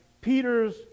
Peter's